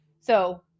So-